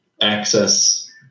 access